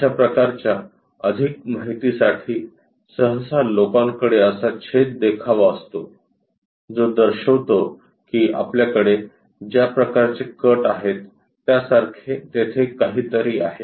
अशा प्रकारच्या अधिक माहितीसाठी सहसा लोकांकडे असा छेद देखावा असतो जो दर्शवितो की आपल्याकडे ज्या प्रकारचे कट आहेत त्यासारखे तेथे काहीतरी आहे